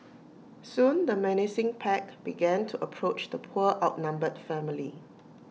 soon the menacing pack began to approach the poor outnumbered family